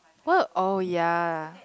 what oh ya